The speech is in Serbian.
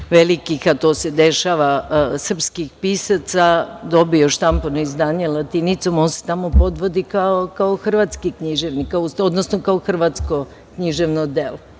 velikih, a to se dešava, srpskih pisaca dobio štampano izdanje latinicom, on se tamo podvodi kao hrvatski književnik, odnosno kao hrvatsko književno delo